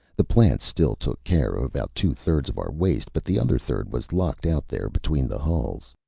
the plants still took care of about two-thirds of our waste but the other third was locked out there between the hulls.